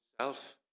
self